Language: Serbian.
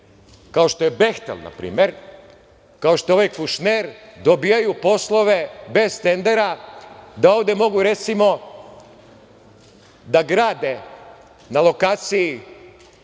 kao što je „Behtel“, na primer, kao što je ovaj Kušner, dobijaju poslove bez tendera, da ovde mogu, recimo, da grade na lokaciji